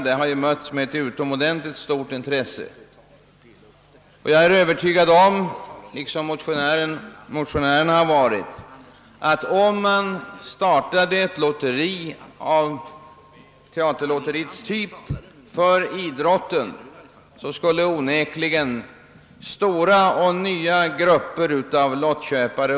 Det har mötts med ett utomordentligt stort intresse, och jag är liksom motionärerna övertygad om att ett idrottslotteri av teaterlotteriets typ skulle locka nya stora grupper av lottköpare.